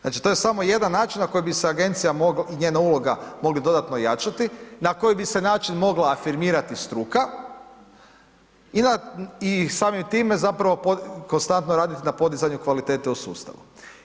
Znači to je samo jedan način na koji bi se agencija mogla i njena uloga mogli dodatno ojačati, na koji bi se način mogla afirmirati struka i samim time zapravo konstantno raditi na podizanju kvalitete u sustavu.